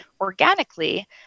organically